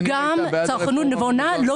אבל גם פתיחת השוק וגם צרכנות נבונה לא